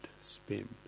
spin